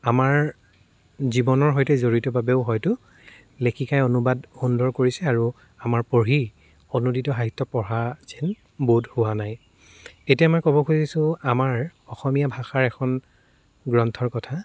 আমাৰ জীৱনৰ সৈতে জড়িত বাবেও হয়তো লেখিকাই অনুবাদ সুন্দৰ কৰিছে আৰু আমাৰ পঢ়ি অনুদিত সাহিত্য পঢ়া যেন বোধ হোৱা নাই এতিয়া মই ক'ব খুজিছোঁ আমাৰ অসমীয়া ভাষাৰ এখন গ্ৰন্থৰ কথা